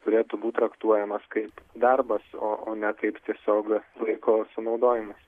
turėtų būt traktuojamas kaip darbas o o ne kaip tiesiog laiko sunaudojimas